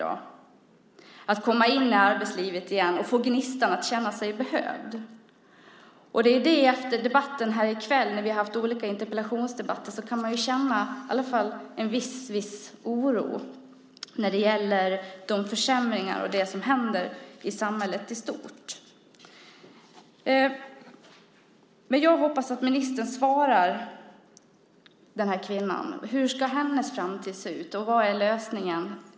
Att komma in i arbetslivet igen och att ha gnistan och känna sig behövd handlar det om. Efter de olika interpellationsdebatterna här i kväll kan man i alla fall känna en viss oro när det gäller försämringarna och annat som händer i samhället i stort. Jag hoppas att ministern ger ett svar till den här kvinnan. Hur ser hennes framtid ut, och vad är lösningen?